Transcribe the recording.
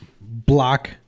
block